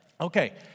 Okay